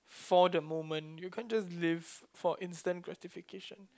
for the moment you can't just live for instant gratification